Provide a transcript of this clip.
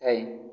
ଥାଏ